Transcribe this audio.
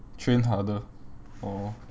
train harder or